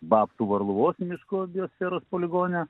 babtų varluvos miškų biosferos poligone